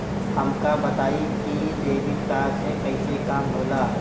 हमका बताई कि डेबिट कार्ड से कईसे काम होला?